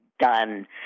done